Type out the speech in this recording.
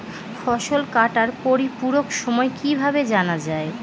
ফসল কাটার পরিপূরক সময় কিভাবে জানা যায়?